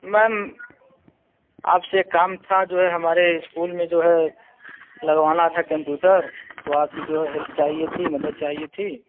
ma'am आप से एक काम था जो है हमारे इस्कूल में जो है लगवाना था केंप्यूटर तो आपकी जो है हेल्प चाहिए थी मदद चाहिए थी